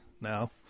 now